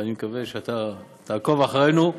אני מקווה שאתה תעקוב אחרינו.